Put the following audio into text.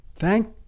Thank